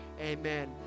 Amen